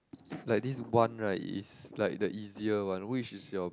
like this one right is like the easier one which is your